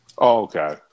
Okay